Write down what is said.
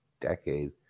decade